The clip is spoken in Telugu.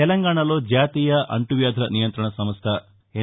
తెలంగాణలో జాతీయ అంటు వ్యాధుల నియంత్రణ సంస్థ ఎన్